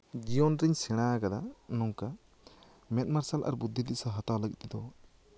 ᱡᱤᱭᱚᱱ ᱨᱤᱧ ᱥᱮᱬᱟ ᱠᱟᱫᱟ ᱱᱚᱝᱠᱟ ᱢᱮᱫ ᱢᱟᱨᱥᱟᱞ ᱟᱨ ᱵᱩᱫᱽᱫᱷᱤ ᱫᱤᱥᱟᱹ ᱦᱟᱛᱟᱣ ᱞᱟᱹᱜᱤᱫ ᱛᱮᱫᱚ ᱟᱹᱰᱤᱜᱟᱱ